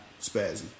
Spazzy